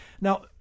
Now